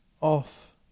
off